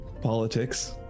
politics